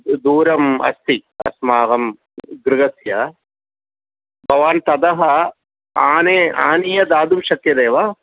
दूरम् अस्ति अस्माकं गृहस्य भवान् ततः आने आनीय दातुं शक्यते वा